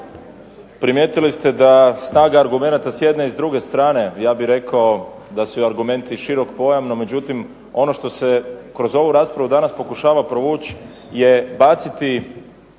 primijetili ste da snaga argumenata s jedne i s druge strane ja bih rekao da su i argumenti širok pojam no međutim ono što se kroz ovu raspravu danas pokušava provući je baciti,